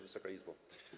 Wysoka Izbo!